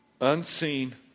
unseen